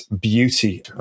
beauty